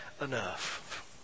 enough